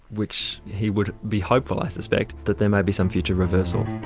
which he would be hopeful i suspect, that there may be some future reversal.